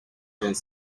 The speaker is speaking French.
vingt